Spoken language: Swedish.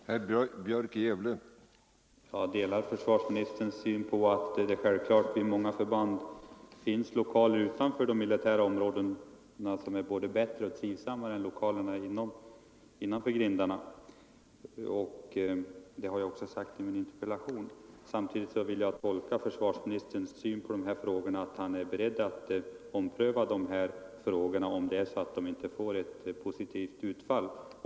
vid militära förband Herr talman! Jag delar försvarsministerns åsikt att det vid många förband finns lokaler utanför de militära områdena som är både bättre och trivsammare än lokalerna innanför grindarna. Det har jag ju också påpekat i min interpellation. Samtidigt vill jag tolka vad försvarsministern nu har anfört så att han är beredd att ompröva ifrågavarande bestämmelser om de inte får ett positivt utfall.